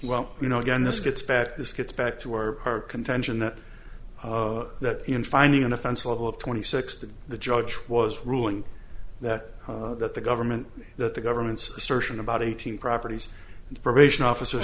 well you know again this gets back this gets back to our contention that that in finding an offense level of twenty six that the judge was ruling that that the government that the government's assertion about eighteen properties the probation officer